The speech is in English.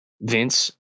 Vince